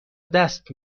دست